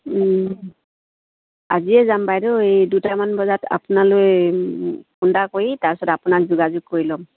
আজিয়ে যাম বাইদেউ এই দুটামান বজাত আপোনালৈ ফোন এটা কৰি তাৰপাছত আপোনাক যোগাযোগ কৰি ল'ম